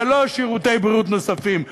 זה לא שירותי בריאות נוספים,